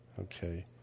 okay